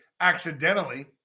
accidentally